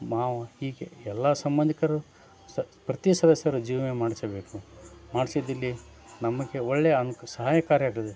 ಮಾವ ಹೀಗೆ ಎಲ್ಲ ಸಂಬಧಿಕರು ಸ ಪ್ರತಿ ಸದಸ್ಯರ ಜೀವ ವಿಮೆ ಮಾಡಿಸಬೇಕು ಮಾಡಿಸಿದ್ದಲ್ಲಿ ನಮಗೆ ಒಳ್ಳೆಯ ಅಂಕ ಸಹಾಯಕಾರಿ